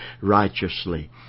righteously